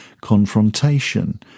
confrontation